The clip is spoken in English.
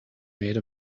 made